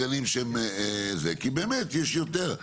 כי באמת יש יותר.